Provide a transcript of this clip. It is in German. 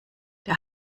der